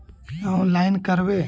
Online करवे?